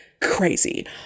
crazy